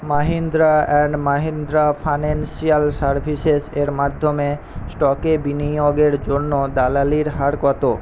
Mahindra and Mahindra financial সার্ভিসেসের মাধ্যমে স্টকে বিনিয়োগের জন্য দালালির হার কত